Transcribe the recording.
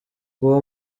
uwo